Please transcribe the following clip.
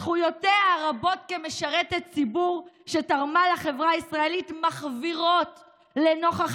זכויותיה הרבות כמשרתת ציבור שתרמה לחברה הישראלית מחווירות לנוכח